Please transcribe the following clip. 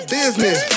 business